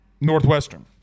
Northwestern